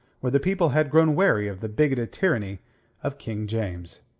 where the people had grown weary of the bigoted tyranny of king james.